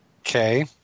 Okay